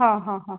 हा हा हा